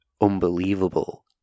unbelievable